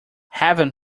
heaven